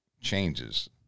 changes